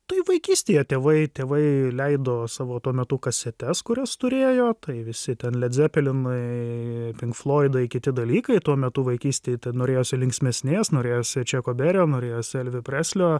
tai vaikystėje tėvai tėvai leido savo tuo metu kasetes kurias turėjo tai visi ten led zepelinai pink floidai kiti dalykai tuo metu vaikystėj ten norėjosi linksmesnės norėjosi čėko bėrio norėjosi elvi preslio